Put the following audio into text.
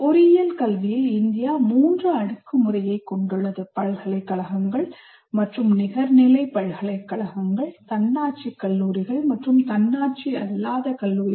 பொறியியல் கல்வியில் இந்தியா மூன்று அடுக்கு முறையைக் கொண்டுள்ளது பல்கலைக்கழகங்கள் மற்றும் நிகர்நிலை பல்கலைக்கழகங்கள் தன்னாட்சி கல்லூரிகள் மற்றும் தன்னாட்சி அல்லாத கல்லூரிகள்